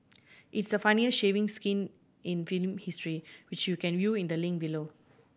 it's the funniest shaving skin in film history which you can view in the link below